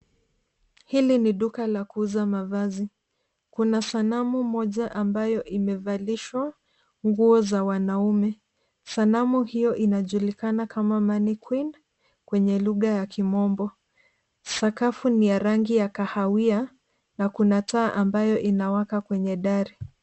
Hili ni duka la kuuza mavazi. Kuna sanamu moja ambayo imevalishwa nguo za wanaume. Sanamu hiyo inajulikana kama mannequin kwenye lugha ya kimombo. Sakafu ni ya rangi ya kahawia na kuna taa ambayo inawaka kwenye dari.